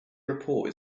report